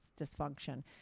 dysfunction